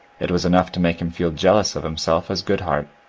it was enough to make him feel jealous of himself as goodhart